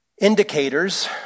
indicators